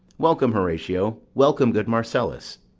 welcome, horatio welcome, good marcellus.